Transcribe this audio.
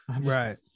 right